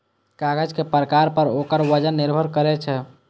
कागज के प्रकार पर ओकर वजन निर्भर करै छै